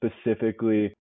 specifically